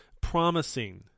promising